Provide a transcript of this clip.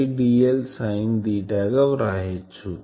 dl sine theta గా వ్రాయచ్చు